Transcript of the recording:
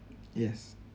yes